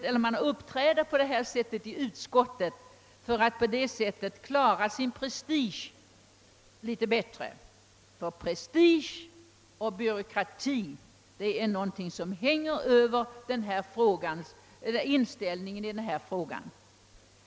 Jag kan förstå att utskottets uppträdande beror på att man vill klara sin prestige litet bättre. Ty prestige och byråkrati hänger verkligen över inställningen till denna fråga!